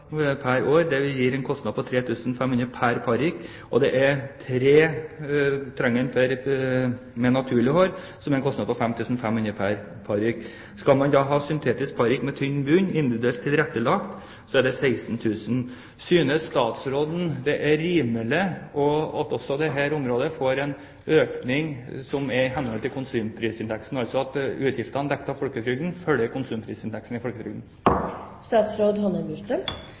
tre parykker med naturlig hår, som utgjør en kostnad på 5 500 kr pr. parykk. Skal man ha syntetisk parykk med tynn bunn, individuelt tilrettelagt, så er det 16 000 kr. Synes statsråden det er rimelig at en også på dette området får en økning i henhold til konsumprisindeksen, altså at utgiftene dekket av folketrygden følger konsumprisindeksen i folketrygden?